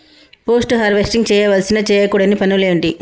Post harvesting చేయవలసిన చేయకూడని పనులు ఏంటి?